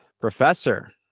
professor